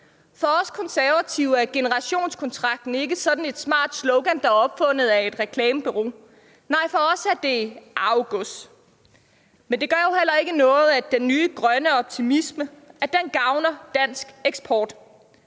For os Konservative er generationskontrakten ikke sådan et smart slogan, der er opfundet af et reklamebureau. Nej, for os er det arvegods. Men det gør jo heller ikke noget, at den nye grønne optimisme gavner dansk eksport.